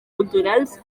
culturals